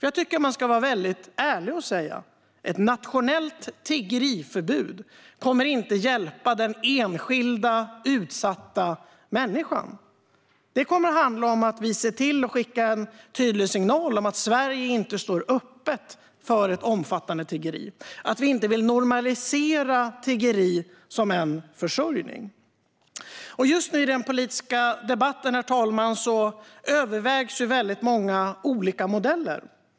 Jag tycker att man ska vara väldigt ärlig och säga att ett nationellt tiggeriförbud inte kommer att hjälpa den enskilda utsatta människan, utan det handlar om att vi skickar en tydlig signal om att Sverige inte står öppet för ett omfattande tiggeri och att vi inte vill normalisera tiggeri som en försörjning. Just nu i den politiska debatten, herr talman, övervägs väldigt många olika modeller.